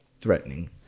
threatening